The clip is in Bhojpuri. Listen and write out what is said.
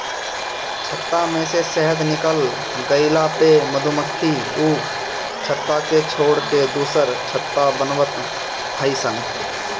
छत्ता में से शहद निकल गइला पअ मधुमक्खी उ छत्ता के छोड़ के दुसर छत्ता बनवत हई सन